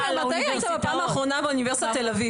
עופר, מתי היית פעם האחרונה באוניברסיטת תל אביב?